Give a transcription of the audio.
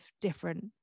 different